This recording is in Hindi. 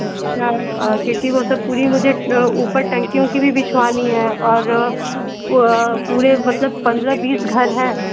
अच्छा क्योंकि वह सब पूरी मुझे ऊपर टंकी उंकी भी बिछवानी है और वह पूरे मतलब पंद्रह बीस घर हैं